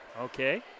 okay